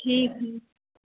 ठीक ठीक